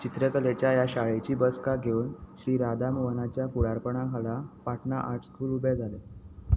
चित्रकलेच्या ह्या शाळेची बसका घेवन श्री राधा मोहनाच्या फुडारपणाखाला पाटणा आर्ट स्कूल उबें जालें